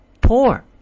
poor